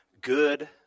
Good